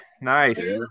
Nice